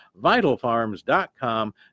Vitalfarms.com